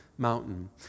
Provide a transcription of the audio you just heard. mountain